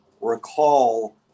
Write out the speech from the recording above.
recall